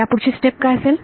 त्यापुढची step काय असेल